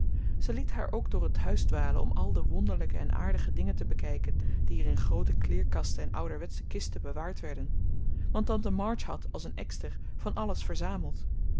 zij liet haar ook door het huis dwalen om al de wonderlijke en aardige dingen te bekijken die er in groote kleerkasten en ouderwetsche kisten bewaard werden want tante march had als een ekster van alles verzameld